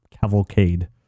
cavalcade